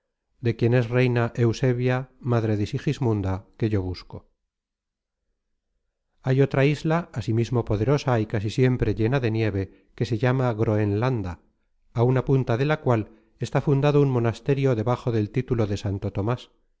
de quien es reina eusebia madre de sigismunda que yo busco hay otra isla asimismo poderosa y casi siempre llena de nieve que se llama groenlanda á una punta de la cual está fundado un monasterio debajo del título de santo tomas